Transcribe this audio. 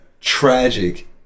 tragic